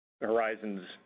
Horizon's